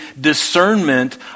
discernment